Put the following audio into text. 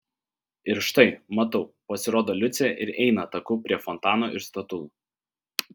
ir štai matau pasirodo liucė ir eina taku prie fontano ir statulų